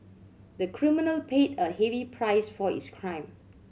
the criminal paid a heavy price for his crime